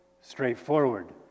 straightforward